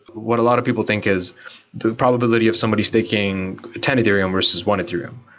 what a lot of people think is the probability of somebody staking ten ethereum versus one ethereum.